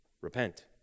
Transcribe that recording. repent